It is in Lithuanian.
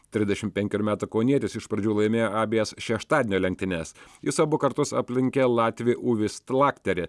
trisdešim penkerių metų kaunietis iš pradžių laimėjo abejas šeštadienio lenktynes jis abu kartus aplenkė latvį uvį slakterį